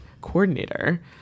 coordinator